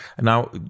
Now